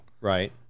right